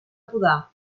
podar